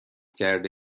کرده